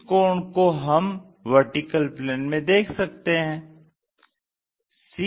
इस कोण को हम VP में देख सकते हैं